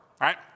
Right